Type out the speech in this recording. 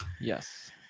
Yes